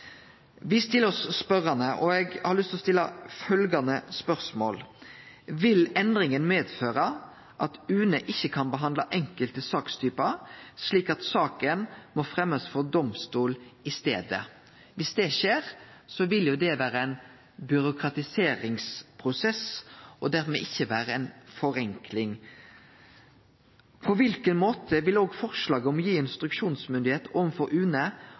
stiller oss spørjande til dette, og eg har lyst til å stille følgjande spørsmål: Vil endringa medføre at UNE ikkje kan behandle enkelte sakstypar, slik at saka må fremjast for domstolen i staden? Dersom det skjer, vil det vere ein byråkratiseringsprosess og dermed ikkje ei forenkling. På kva måte vil forslaget om å gi instruksjonsmyndigheit overfor UNE